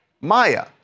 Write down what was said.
Maya